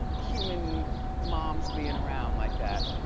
human moms being around like that.